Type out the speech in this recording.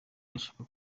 irashaka